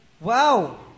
Wow